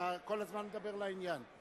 אתה כל הזמן מדבר לעניין.